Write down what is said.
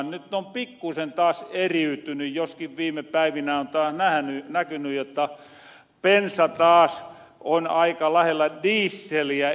nyt ne ovat pikkuusen taas eriytyny joskin viime päivinä on taas näkyny jotta pensa taas on aika lähellä diisseliä